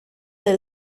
del